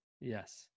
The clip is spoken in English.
Yes